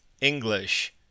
English